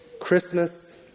Christmas